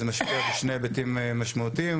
זה משקף שני היבטים משמעותיים,